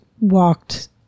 walked